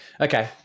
okay